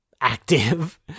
active